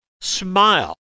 smile